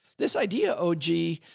this idea. oh, gee,